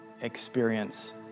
experience